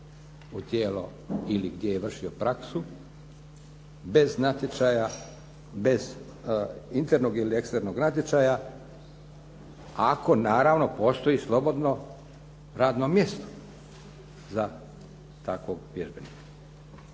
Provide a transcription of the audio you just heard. u tijelo ili gdje je vršio praksu bez natječaja, bez internog ili eksternog natječaja ako naravno postoji slobodno radno mjesto za takvog vježbenika.